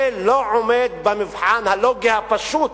זה לא עומד במבחן הלוגי הפשוט,